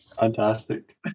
Fantastic